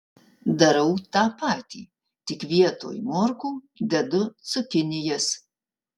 darau tą patį tik vietoj morkų dedu cukinijas